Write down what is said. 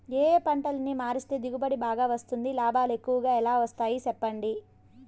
ఏ ఏ పంటలని మారిస్తే దిగుబడి బాగా వస్తుంది, లాభాలు ఎక్కువగా ఎలా వస్తాయి సెప్పండి